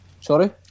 Sorry